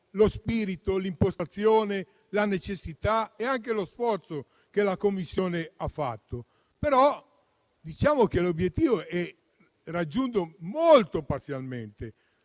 lo spirito, l'impostazione, la necessità e anche lo sforzo che la Commissione ha fatto, però l'obiettivo è raggiunto molto parzialmente,